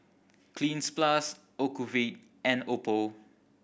Cleanz Plus Ocuvite and Oppo